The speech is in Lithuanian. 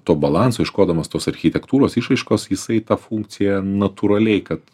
to balanso ieškodamas tos architektūros išraiškos jisai tą funkciją natūraliai kad